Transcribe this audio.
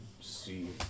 see